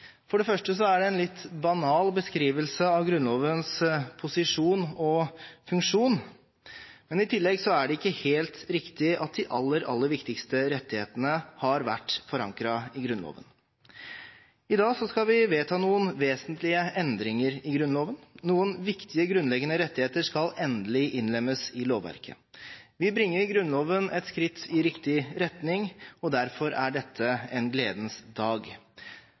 For det første er det en litt banal beskrivelse av Grunnlovens posisjon og funksjon, men i tillegg er det ikke helt riktig at de aller, aller viktigste rettighetene har vært forankret i Grunnloven. I dag skal vi vedta noen vesentlige endringer i Grunnloven. Noen viktige, grunnleggende rettigheter skal endelig innlemmes i lovverket. Vi bringer Grunnloven et skritt i riktig retning, og derfor er dette en gledens dag.